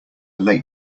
late